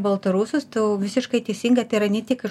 baltarusius tu visiškai teisinga tai yra ne tik